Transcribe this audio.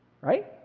right